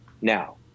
now